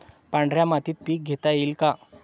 पांढऱ्या मातीत पीक घेता येईल का?